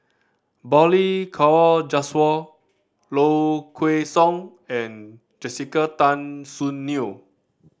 Balli Kaur Jaswal Low Kway Song and Jessica Tan Soon Neo